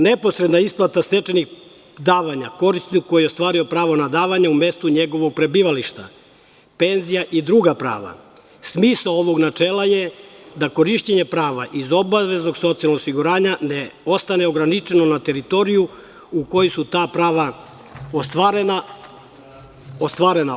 Neposredna isplata stečenih davanja korisniku koji je ostvario pravo na davanje u mestu njegovog prebivališta, penzija i druga prava, smisao ovog načela je da korišćenje prava iz obaveznog socijalnog osiguranja ne ostane ograničeno na teritoriju u kojoj su ta prava ostvarena.